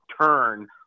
turn